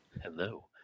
Hello